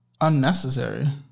unnecessary